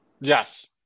Yes